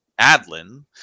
Adlin